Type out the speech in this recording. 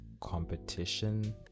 competition